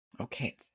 Okay